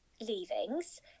leavings